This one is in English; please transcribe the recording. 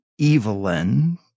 Evelyn